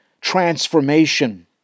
transformation